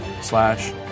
slash